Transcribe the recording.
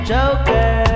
Joker